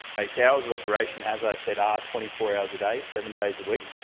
its hours of operation, as i said, are twenty four hours a day, seven days a week.